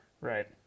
Right